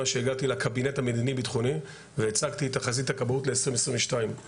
שהגעתי לקבינט המדיני בטחוני והצגתי את תחזית הכבאות ל-2022.